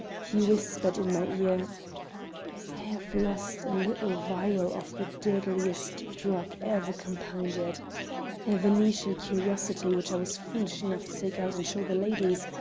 he whispered in my ear i have lost a little vial of the deadliest drug ever compounded a venetian curiosity which i was foolish enough to take out and show the ladies,